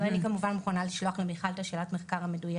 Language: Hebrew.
אני כמובן מוכנה לשלוח למיכל את שאלת המחקר המדויקת.